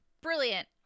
Brilliant